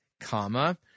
comma